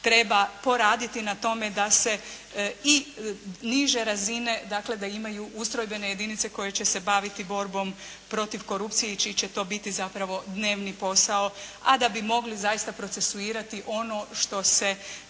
treba poraditi na tome da se i niže razine, dakle da imaju ustrojbene jedinice koje će se baviti borbom protiv korupcije i čiji će to biti zapravo dnevni posao, a da bi mogli zaista procesuirati ono što se